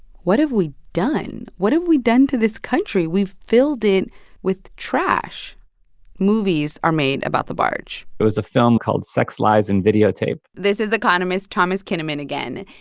what have we done? what have we done to this country? we've filled it with trash movies are made about the barge there was a film called sex, lies, and videotape. this is economist thomas kinnaman again.